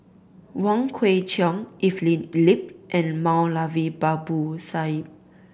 Wong Kwei Cheong Evelyn Lip and Moulavi Babu Sahib